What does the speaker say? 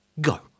Go